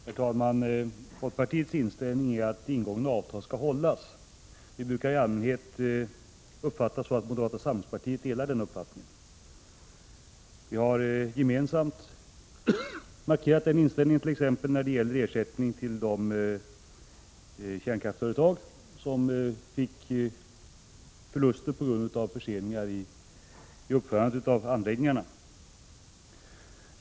Herr talman! Folkpartiets inställning är att ingångna avtal skall hållas. Vi har uppfattat det så att moderata samlingspartiet i allmänhet delar den uppfattningen. Vi har gemensamt markerat den inställningen, t.ex. när det gäller ersättning till de kärnkraftsföretag som fick förluster på grund av förseningar i uppförandet av anläggningarna.